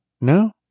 No